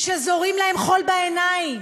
שזורים להם חול בעיניים,